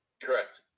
correct